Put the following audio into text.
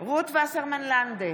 רות וסרמן לנדה,